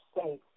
state